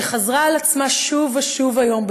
שחזרה על עצמה שוב ושוב היום,